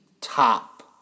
top